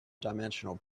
dimensional